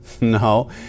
no